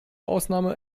ausnahme